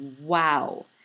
wow